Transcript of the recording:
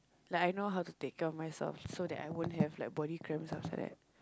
like I know how to take care of myself so that I won't have like body cramps after that